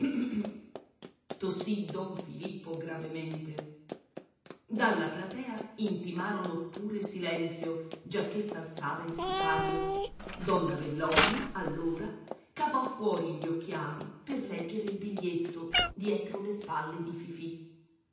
tossì don filippo gravemente dalla platea intimarono pure silenzio giacché s'alzava il sipario donna bellonia allora cavò fuori gli occhiali per leggere il biglietto dietro le spalle di fifì